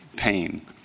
pain